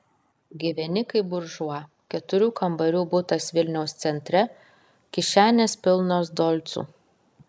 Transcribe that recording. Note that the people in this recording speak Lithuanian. gyveni kaip buržua keturių kambarių butas vilniaus centre kišenės pilnos dolcų